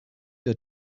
der